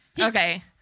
Okay